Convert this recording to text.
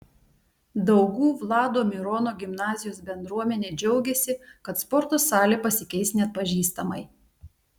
daugų vlado mirono gimnazijos bendruomenė džiaugiasi kad sporto salė pasikeis neatpažįstamai